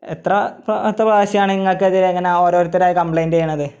എത്ര ഇപ്പം എത്രാമത്തെപ്രാവശ്യമാണ് നിങ്ങൾക്കെതിരെ ഇങ്ങനെ ഓരോരുത്തരായി കമ്പ്ലെയ്ൻ്റ് ചെയ്യുന്നത്